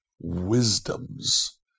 wisdoms